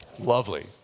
Lovely